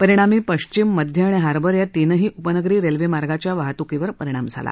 परिणामी पश्चिम मध्य आणि हार्बर या तीनही उपनगरी रेल्वे मार्गाच्या वाहतूकीवर परिणाम झाला